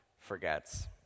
forgets